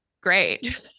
great